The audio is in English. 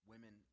Women